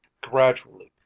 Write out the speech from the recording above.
gradually